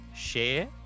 share